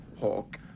Hawk